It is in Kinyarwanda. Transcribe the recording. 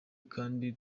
kandi